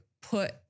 put